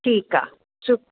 ठीकु आहे सु